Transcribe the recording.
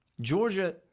Georgia